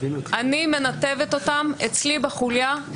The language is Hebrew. אני מנתבת אותם אצלי בחוליה.